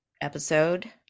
episode